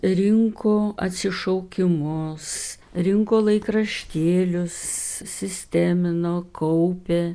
rinko atsišaukimus rinko laikraštėlius sistemino kaupė